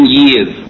years